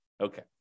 Okay